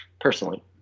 personally